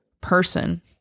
person